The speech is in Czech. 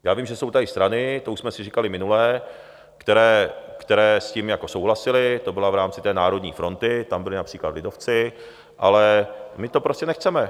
Já vím, že jsou to tady strany, to už jsme si říkali minule, které s tím jako souhlasily, to bylo v rámci té Národní fronty, tam byli například lidovci, ale my to prostě nechceme.